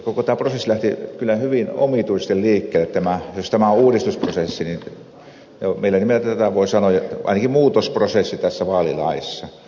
koko tämä prosessi lähti kyllä hyvin omituisesti liikkeelle juuri tämä uudistusprosessi tai millä nimellä tätä nyt voi sanoa ainakin muutosprosessi tässä vaalilaissa